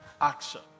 action